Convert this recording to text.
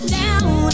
down